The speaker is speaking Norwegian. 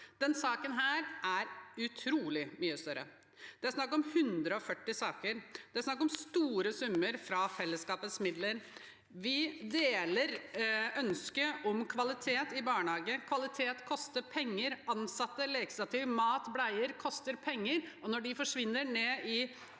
Denne saken er utrolig mye større. Det er snakk om 140 saker. Det er snakk om store summer fra fellesskapets midler. Vi deler ønsket om kvalitet i barnehagen. Kvalitet koster penger. Ansatte, lekestativ, mat og bleier koster penger.